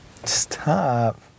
Stop